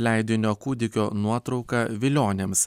leidinio kūdikio nuotrauka vilionėms